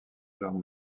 genre